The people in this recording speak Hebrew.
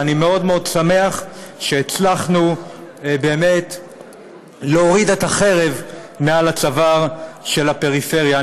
ואני מאוד מאוד שמח שהצלחנו להוריד את החרב מעל הצוואר של הפריפריה.